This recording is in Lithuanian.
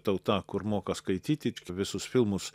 tauta kur moka skaityti visus filmus